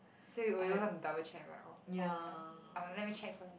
so you will you have to double check right oh oh what I will let me check first